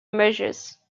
measures